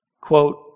Quote